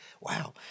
wow